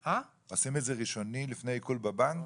עושים את זה ראשוני לפני עיקול בבנק?